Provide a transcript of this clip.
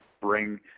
bring